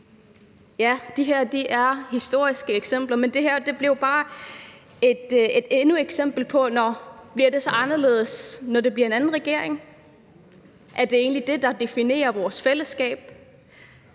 Ja, det her er historiske eksempler, men det her blev bare endnu et eksempel på: Nå, bliver det så anderledes, når det bliver en anden regering? Er det egentlig det, der definerer vores fællesskab?